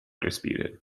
disputed